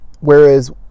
whereas